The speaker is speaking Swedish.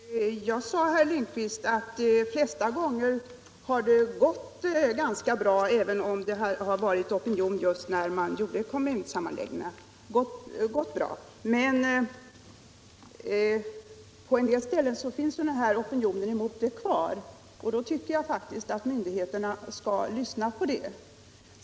Herr talman! Jag sade också, herr Lindkvist, att det har gått bra de flesta gånger, även om det har funnits opinioner just vid kommunsammanläggningarna. Men på en del ställen finns opinionen mot en sammanläggning kvar. Då tycker jag faktiskt att myndigheterna skall lyssna på den.